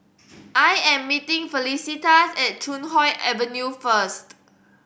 I am meeting Felicitas at Chuan Hoe Avenue first